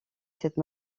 cette